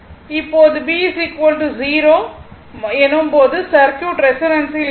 இப்போது B 0 எனும் போது சர்க்யூட் ரெஸோனான்சில் இருக்கும்